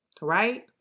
Right